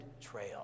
trail